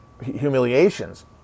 humiliations